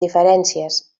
diferències